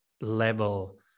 level